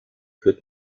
führt